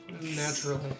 Naturally